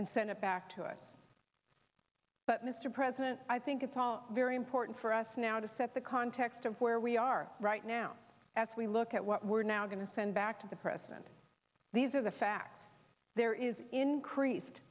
and send it back to us but mr president i think it's all very important for us now to set the context of where we are right now as we look at what we're now going to send back to the president these are the facts there is increased